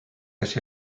kes